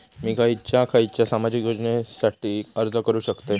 मी खयच्या खयच्या सामाजिक योजनेसाठी अर्ज करू शकतय?